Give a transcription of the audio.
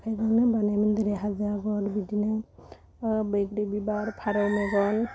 आखाइजोंनो बानायोमोन जेरै हाजो आगर बिदिनो बैग्रि बिबार फरौ मेगन